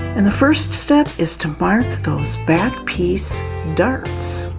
and the first step is to mark those back piece darts.